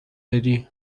بدی